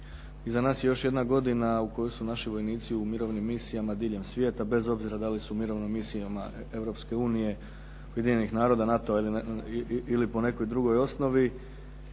iza nas je još jedna godina u kojoj su naši vojnici u mirovnim misijama diljem svijeta, bez obzira da li su u mirovnim jedinicama Europske unije, Ujedinjenih naroda, NATO-a ili po nekoj drugoj osnovi.